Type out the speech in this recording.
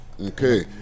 Okay